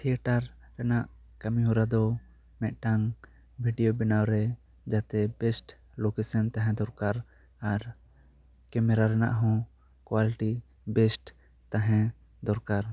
theatre ᱨᱮᱱᱟᱜ ᱠᱟᱹᱢᱤ ᱦᱚᱨᱟ ᱫᱚ ᱢᱤᱫᱴᱟᱝ ᱵᱷᱤᱰᱤᱭᱚ ᱵᱮᱱᱟᱣ ᱨᱮ ᱡᱟᱛᱮ ᱵᱮᱥᱴ ᱞᱚᱠᱮᱥᱟᱱ ᱛᱟᱦᱮᱸ ᱫᱚᱨᱠᱟᱨ ᱟᱨ ᱠᱮᱢᱮᱨᱟ ᱨᱮᱱᱟᱜ ᱦᱚᱸ ᱠᱚᱣᱟᱞᱤᱴᱤ ᱵᱮᱥᱴ ᱛᱟᱦᱮᱸ ᱫᱚᱨᱠᱟᱨ